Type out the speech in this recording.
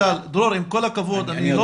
עם כל הכבוד, אני לא